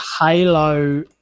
Halo